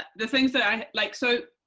the things that i, like so,